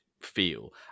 feel